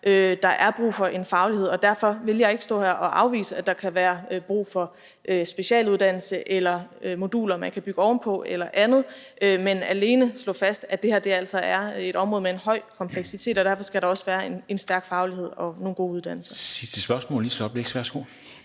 der er brug for en faglighed. Derfor vil jeg ikke stå her og afvise, at der kan være brug for specialuddannelse eller moduler, man kan bygge ovenpå, eller andet, men alene slå fast, at det her altså er et område med en høj kompleksitet, og derfor skal der også være en stærk faglighed og nogle gode uddannelser. Kl. 14:02 Formanden (Henrik